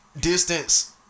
distance